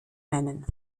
nennen